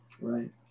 right